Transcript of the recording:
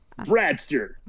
Bradster